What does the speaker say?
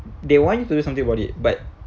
they want you to do something about it but